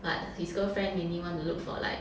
but his girlfriend mainly want to look for like